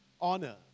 Honor